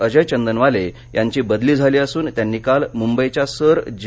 अजय चंदनवाले यांची बदली झाली असून त्यांनी काल मुंबईच्या सर जे